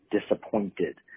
disappointed